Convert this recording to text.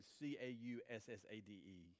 C-A-U-S-S-A-D-E